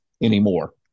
anymore